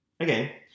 okay